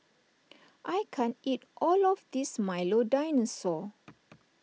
I can't eat all of this Milo Dinosaur